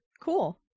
cool